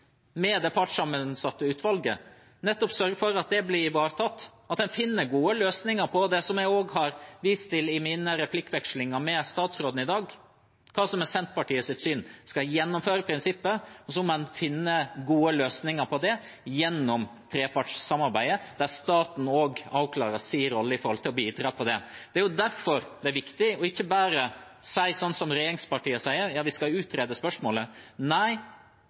med det partssammensatte utvalget, nettopp sørge for at det blir ivaretatt – at man finner gode løsninger. Jeg har også vist til Senterpartiets syn i mine replikkvekslinger med statsråden i dag – at man skal gjennomføre prinsippet. Da må man finne gode løsninger på det gjennom trepartssamarbeidet, der staten også må avklare sin rolle i å bidra til det. Det er derfor det er viktig ikke bare å si som regjeringspartiene sier: – Ja, vi skal utrede spørsmålet. Nei,